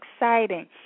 exciting